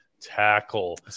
tackle